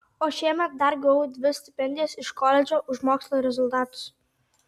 o šiemet dar gavau dvi stipendijas iš koledžo už mokslo rezultatus